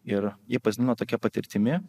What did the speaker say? ir jie pasidalino tokia patirtimi